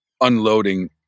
unloading